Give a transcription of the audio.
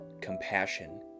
compassion